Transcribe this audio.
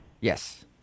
Yes